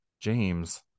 James